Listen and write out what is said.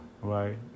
right